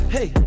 Hey